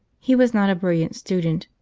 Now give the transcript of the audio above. he was not a brilliant student,